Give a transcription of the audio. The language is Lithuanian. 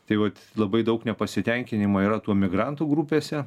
tai vat labai daug nepasitenkinimo yra tų emigrantų grupėse